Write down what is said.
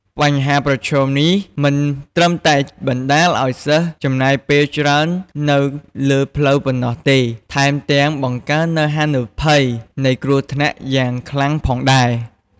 បញ្ហាប្រឈមនេះមិនត្រឹមតែបណ្ដាលឱ្យសិស្សចំណាយពេលច្រើននៅលើផ្លូវប៉ុណ្ណោះទេ ថែមទាំងបង្កើននូវហានិភ័យនៃគ្រោះថ្នាក់យ៉ាងខ្លាំងផងដែរ។